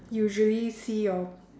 usually see your